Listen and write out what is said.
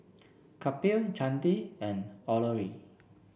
Kapil Chandi and Alluri